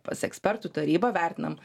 pas ekspertų tarybą vertinam